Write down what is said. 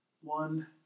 One